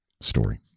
story